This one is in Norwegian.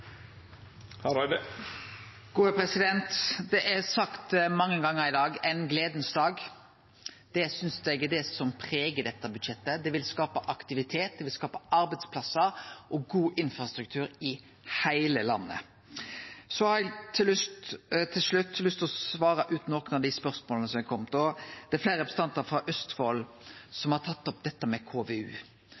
Det er sagt mange gonger i dag «en gledens dag». Det synest eg er det som pregar dette budsjettet. Det vil skape aktivitet, arbeidsplasser og god infrastruktur i heile landet. Eg har til slutt lyst til å svare ut nokre av dei spørsmåla som er komne. Det er fleire representantar frå Østfold som har tatt opp dette med KVU.